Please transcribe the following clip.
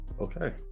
Okay